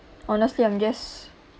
honestly I'm just